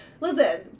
Listen